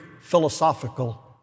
philosophical